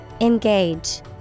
Engage